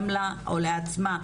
או לעצמה,